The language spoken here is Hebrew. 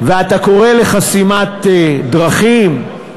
ואתה קורא לחסימת דרכים,